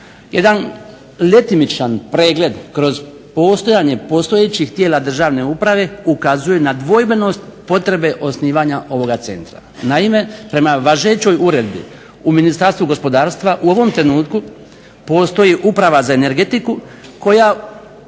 jedan letimičan pregled kroz postojanje postojećih tijela državne uprave ukazuje na dvojbenost potrebe osnivanja ovoga centra. Naime, prema važećoj uredbi u Ministarstvu gospodarstva u ovom trenutku postoji Uprava za energetiku koja